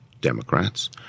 Democrats –